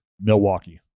Milwaukee